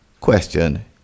question